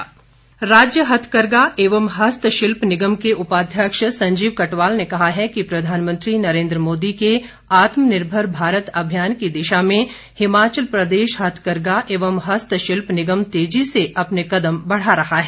हथकरघा राज्य हथकरघा एवं हस्तशिल्प निगम के उपाध्यक्ष संजीव कटवाल ने कहा है कि प्रधानमंत्री नरेन्द्र मोदी के आत्मनिर्भर भारत अभियान की दिशा में हिमाचल प्रदेश हथकरघा एवं हस्तशिल्प निगम तेजी से अपने कदम बढ़ा रहा है